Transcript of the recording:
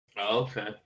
Okay